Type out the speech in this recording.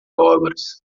obras